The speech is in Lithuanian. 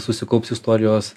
susikaups istorijos